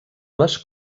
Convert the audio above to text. les